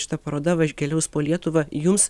šita paroda važ keliaus po lietuvą jums